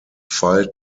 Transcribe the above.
file